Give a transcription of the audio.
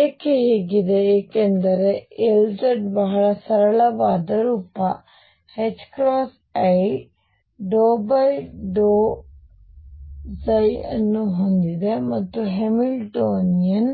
ಏಕೆ ಹೀಗಿದೆ ಏಕೆಂದರೆ Lz ಬಹಳ ಸರಳವಾದ ರೂಪ ℏi∂ϕ ಅನ್ನು ಹೊಂದಿದೆ ಮತ್ತು ಹ್ಯಾಮಿಲ್ಟೋನಿಯನ್